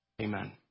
Amen